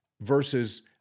versus